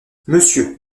monsieur